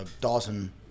Dawson